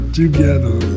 together